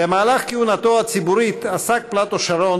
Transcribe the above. במהלך כהונתו הציבורית עסק פלאטו שרון